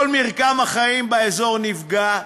כל מרקם החיים באזור נפגע,